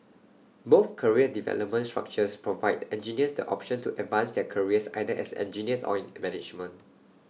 both career development structures provide engineers the option to advance their careers either as engineers or in management